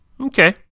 Okay